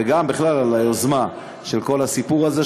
וגם בכלל על היוזמה של כל הסיפור הזה,